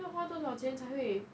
要花多少钱才会